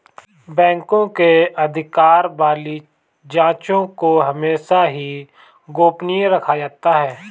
बैंकों के अधिकार वाली जांचों को हमेशा ही गोपनीय रखा जाता है